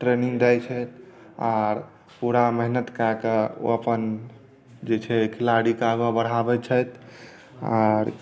training दैत छथि आर पूरा मेहनत कए कऽ ओ अपन जे छै खिलाड़ीकेँ आगाँ बढ़ाबैत छथि आर